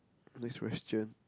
next question